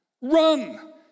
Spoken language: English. Run